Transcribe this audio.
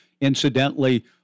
incidentally